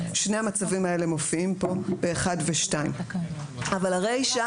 שני המצבים האלה מופיעים כאן ב-(1) וב-(2) אבל הרישה